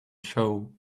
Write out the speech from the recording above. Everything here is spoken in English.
show